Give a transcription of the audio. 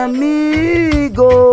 Amigo